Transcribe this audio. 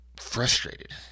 frustrated